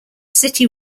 city